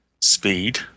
speed